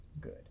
good